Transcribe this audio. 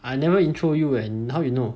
I never introduce you eh how you know